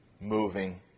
Moving